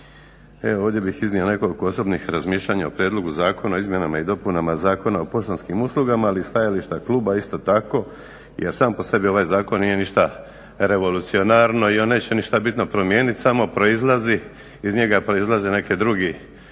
Evo ovdje bih iznio nekoliko osobnih razmišljanja o Prijedlogu Zakona o izmjenama i dopunama Zakona o poštanskim uslugama ali i stajališta Kluba isto tako jer sam po sebi ovaj zakon nije ništa revolucionarno i on neće ništa bitno promijeniti samo proizlazi, iz njega proizlaze neki drugi